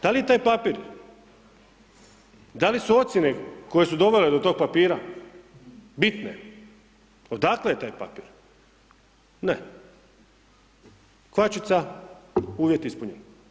Da li taj papir, da li su ocjene koje su dovele do tog papira bitne, odakle je taj papir, ne, kvačica, uvjet ispunjen.